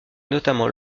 notamment